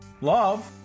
Love